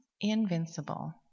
invincible